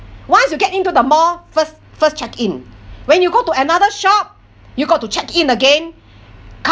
once you get into the mall first first check in when you go to another shop you've got to check in again